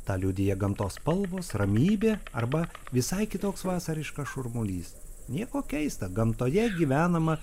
tą liudija gamtos spalvos ramybė arba visai kitoks vasariškas šurmulys nieko keista gamtoje gyvenama